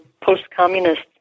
post-communist